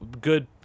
good